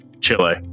Chile